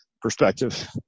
perspective